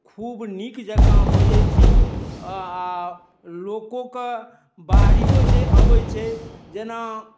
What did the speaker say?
खूब नीक जँका बजै छी आ लोकोकेँ बाहरिओ जे अबै छै जेना